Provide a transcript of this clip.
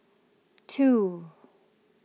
two